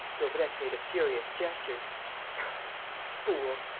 daubrecq made a furious gesture you fool!